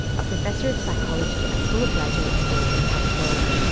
a professor of psychology at fuller graduate school in california,